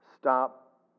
stop